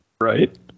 right